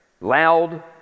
loud